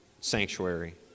sanctuary